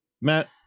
Matt